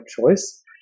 choice